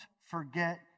forget